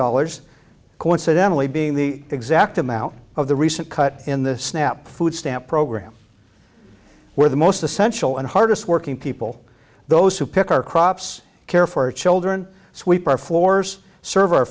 dollars coincidentally being the exact amount of the recent cut in the snap food stamp program where the most essential and hardest working people those who pick our crops care for our children sweep our floors serve our